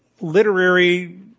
literary